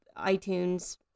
iTunes